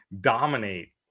dominate